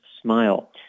Smile